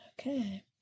Okay